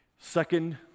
Second